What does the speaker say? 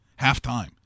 halftime